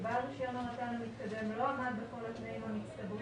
בעל רישיון הרט"ן המתקדם לא עמד בכל התנאים המצטברים